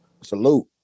Salute